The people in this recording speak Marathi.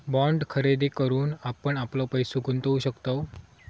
बाँड खरेदी करून आपण आपलो पैसो गुंतवु शकतव